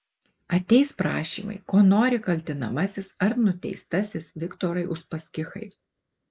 ateis prašymai ko nori kaltinamasis ar nuteistasis viktorai uspaskichai